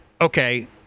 okay